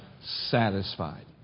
satisfied